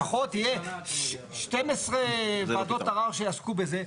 לפחות יהיו 12 וועדות ערר שיעסקו בזה.